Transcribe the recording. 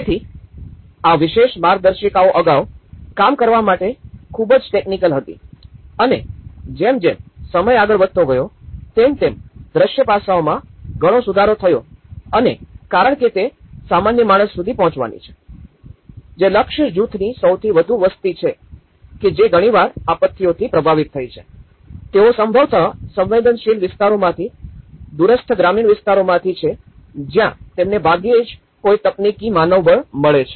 તેથી આ વિશેષ માર્ગદર્શિકાઓ અગાઉ કામ કરવા માટે ખૂબ ટેક્નિકલ હતી અને જેમ જેમ સમય આગળ વધતો ગયો તેમ તેમ દ્રશ્ય પાસામાં ઘણો સુધારો થયો અને કારણ કે તે સામાન્ય માણસ સુધી પહોંચવાની છે જે લક્ષ્ય જૂથની સૌથી વધુ વસ્તી છે કે જે ઘણીવાર આપત્તિઓથી પ્રભાવિત થઈ હતી તેઓ સંભવત સંવેદનશીલ વિસ્તારોમાંથી દૂરસ્થ ગ્રામીણ વિસ્તારોમાંથી છે જ્યાં તેમને ભાગ્યે જ કોઈ તકનીકી માનવબળ મળે છે